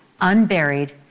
unburied